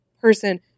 person